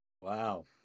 Wow